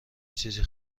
چیزی